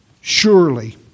surely